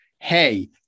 hey